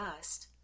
dust